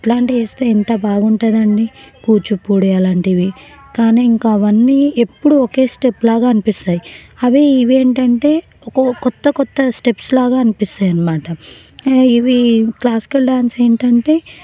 ఇట్లాంటివేస్తే ఎంత బాగుంటుందండీ కూచిపూడి అలాంటివి కానీ ఇంకా అవన్నీ ఎప్పుడూ ఒకే స్టెప్పులాగా అనిపిస్తాయి అవే ఇవేంటంటే ఒక కొత్త కొత్త స్టెప్స్లాగా అనిపిస్తాయనమాట ఆ ఇవి క్లాసికల్ డాన్సు ఏంటంటే